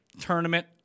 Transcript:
tournament